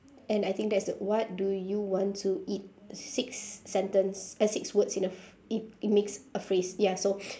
and I think that is the what do you want to eat six sentence uh six words in a ph~ it it makes a phrase ya so